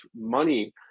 money